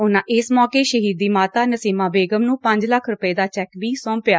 ਉਨਾਂ ਨੇ ਏਸ ਮੌਕੇ ਸ਼ਹੀਦ ਦੀ ਮਾਤਾ ਨਸੀਮਾ ਬੇਗਮ ਨੂੰ ਪੰਜ ਲੱਖ ਰੁਪਏ ਦਾ ਚੈਕ ਵੀ ਸੱਪਿਆ